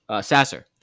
Sasser